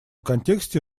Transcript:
контексте